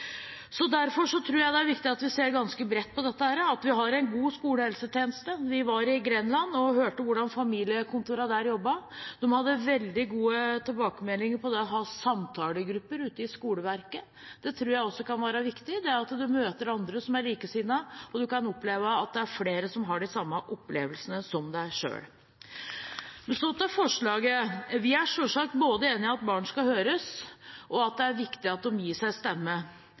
Derfor tror jeg det er viktig at vi ser ganske bredt på dette, og at vi har en god skolehelsetjeneste. Vi var i Grenland og hørte hvordan familiekontorene der jobbet. De hadde veldig gode tilbakemeldinger på det å ha samtalegrupper ute i skoleverket. Det tror jeg også kan være viktig – det at man møter andre likesinnede og opplever at det er flere som har de samme opplevelsene som en selv. Til forslaget: Vi er selvsagt enig i både at barn skal høres og at det er viktig at de gis en stemme.